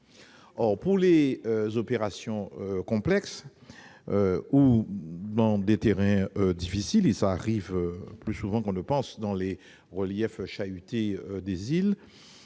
pour des opérations complexes ou dans des terrains difficiles, et cela arrive plus qu'on ne le pense dans les reliefs chahutés des îles.